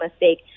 mistake